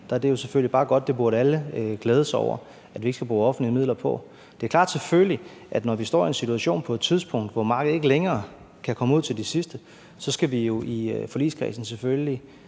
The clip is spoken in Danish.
er det jo selvfølgelig bare godt, og der burde alle bare glæde sig over, at vi ikke skal bruge offentlige midler på det. Det er klart, at vi i forligskredsen selvfølgelig, når vi står i en situation på et tidspunkt, hvor markedet ikke længere kan komme ud til de sidste, skal iværksætte